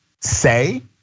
say